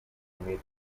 имеет